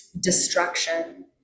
destruction